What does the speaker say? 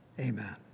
Amen